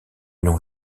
non